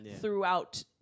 throughout